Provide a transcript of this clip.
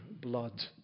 blood